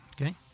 Okay